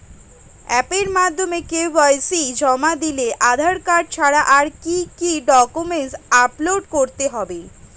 অ্যাপের মাধ্যমে কে.ওয়াই.সি জমা দিলে আধার কার্ড ছাড়া আর কি কি ডকুমেন্টস আপলোড করতে হবে?